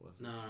no